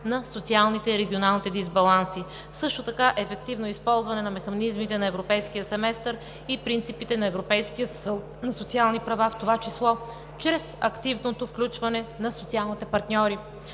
на социалните и регионалните дисбаланси, също така ефективно използване на механизмите на Европейския семестър и принципите на европейските социални права, в това число чрез активното включване на социалните партньори.